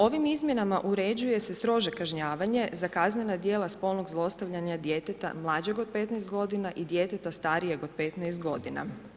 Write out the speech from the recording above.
Ovim izmjenama uređuje se strože kažnjavanje za kaznena djela spolnog zlostavljanja djeteta mlađeg od 15 godina i djeteta starijeg od 15 godina.